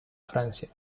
francia